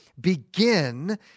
begin